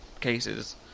cases